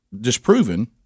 disproven